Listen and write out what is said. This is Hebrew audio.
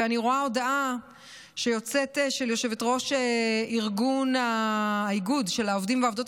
ואני רואה הודעה של יושבת-ראש האיגוד של העובדים והעובדות